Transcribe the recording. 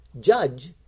judge